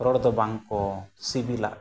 ᱨᱚᱲᱫᱚ ᱵᱟᱝᱠᱚ ᱥᱤᱵᱤᱞᱟᱜ ᱠᱟᱱᱟ